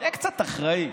שיהיה קצת אחראי,